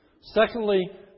Secondly